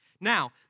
Now